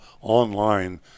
online